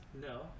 No